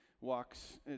walks